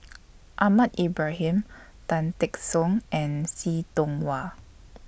Ahmad Ibrahim Tan Teck Soon and See Tiong Wah